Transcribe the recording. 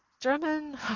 German